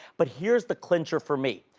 but here's the clincher for me.